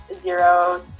Zero